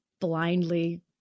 blindly